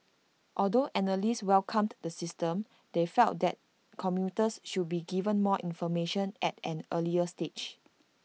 although analysts welcomed the system they felt that commuters should be given more information at an earlier stage